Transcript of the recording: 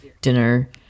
dinner